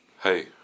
hey